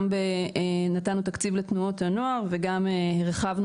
גם נתנו תקציב לתנועות הנוער וגם הרחבנו